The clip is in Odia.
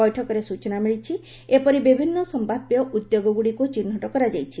ବୈଠକରେ ସୂଚନା ମିଳିଛି ଏପରି ବିଭିନ୍ନ ସମ୍ଭାବ୍ୟ ଉଦ୍ୟୋଗଗୁଡ଼ିକୁ ଚିହ୍ନଟ କରାଯାଇଛି